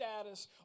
status